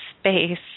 space